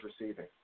receiving